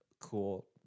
cool